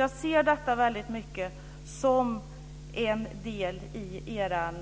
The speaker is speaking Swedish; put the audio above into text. Jag ser detta mycket som en del i er